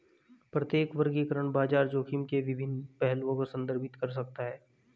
प्रत्येक वर्गीकरण बाजार जोखिम के विभिन्न पहलुओं को संदर्भित कर सकता है